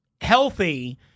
healthy –